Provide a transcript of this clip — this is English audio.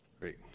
Great